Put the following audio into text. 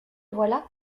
voilà